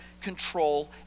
control